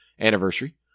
anniversary